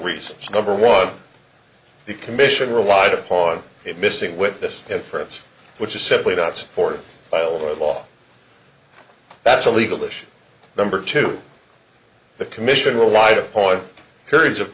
reasons number one the commission relied upon it missing witness and friends which is simply not supported by older law that's a legal issue number two the commission relied upon periods of